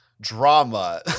Drama